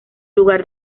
lugar